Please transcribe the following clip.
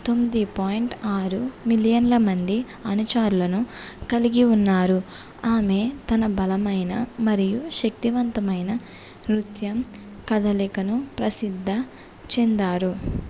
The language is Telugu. తొమ్మిది పాయింట్ ఆరు మిలియన్ల మంది అనుచరులను కలిగి ఉన్నారు ఆమె తన బలమైన మరియు శక్తివంతమైన నృత్యం కదలికను ప్రసిద్ది చెందారు